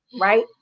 right